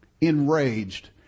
enraged